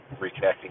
reconnecting